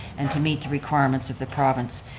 and to meet the requirements of the province.